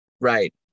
Right